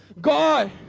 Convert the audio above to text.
God